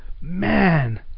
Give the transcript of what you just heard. man